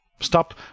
stop